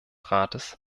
rates